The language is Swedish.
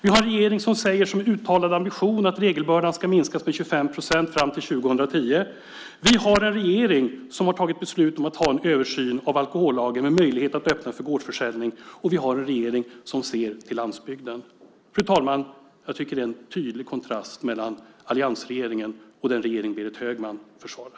Vi har en regering som har som sin uttalade ambition att regelbördan ska minskas med 25 procent fram till 2010. Vi har en regering som har tagit beslut om att ha en översyn av alkohollagen med möjlighet att öppna för gårdsförsäljning, och vi har en regering som ser till landsbygden. Fru talman! Jag tycker att det är en tydlig kontrast mellan alliansregeringen och den regering Berit Högman försvarar.